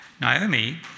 Naomi